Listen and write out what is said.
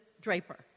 draper